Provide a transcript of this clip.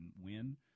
win